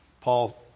Paul